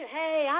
hey